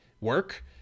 work